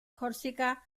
corsica